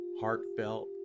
heartfelt